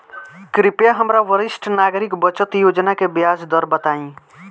कृपया हमरा वरिष्ठ नागरिक बचत योजना के ब्याज दर बताइं